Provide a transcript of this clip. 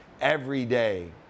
everyday